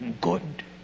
good